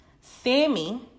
Sammy